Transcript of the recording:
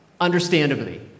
understandably